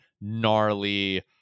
gnarly